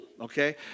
Okay